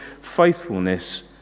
faithfulness